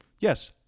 yes